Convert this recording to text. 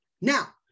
Now